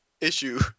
issue